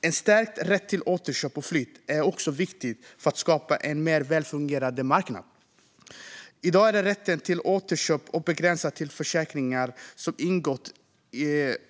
En stärkt rätt till återköp och flytt är också viktigt för att skapa en mer välfungerande marknad. I dag är rätten till återköp begränsad till försäkringar som ingåtts från och med